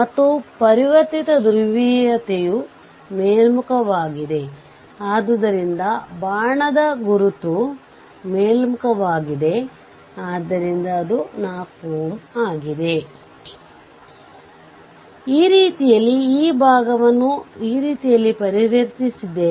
ಅಂತಿಮವಾಗಿ RThevenin linearity ಸ್ವಭಾವ ಒಂದೇ ಆಗಿರುತ್ತದೆ ಎರಡೂ ವಿಧಾನಗಳು ಒಂದೇ ರೀತಿಯ ಫಲಿತಾಂಶಗಳನ್ನು ನೀಡುತ್ತವೆ